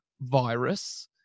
virus